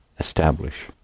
establish